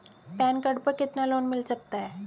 Pan card पर कितना loan मिल सकता है?